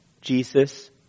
Jesus